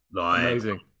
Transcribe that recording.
Amazing